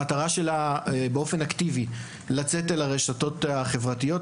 המטרה שלה היא לצאת באופן אקטיבי אל הרשתות החברתיות,